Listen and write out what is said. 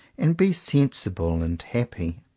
and be sensible and happy.